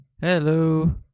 Hello